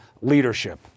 leadership